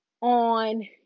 on